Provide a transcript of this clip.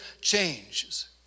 changes